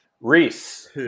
Reese